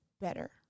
better